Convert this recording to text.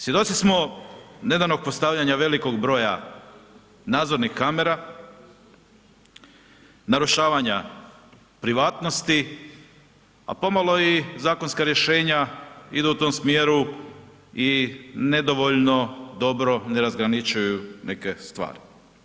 Svjedoci smo nedavnog postavljanja velikog broja nadzornih kamera, narušavanja privatnosti a pomalo i zakonska rješenja idu u tom smjeru i nedovoljno dobro ne razgraničuju neke stvari.